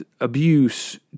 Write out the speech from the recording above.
abuse